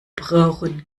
brauchen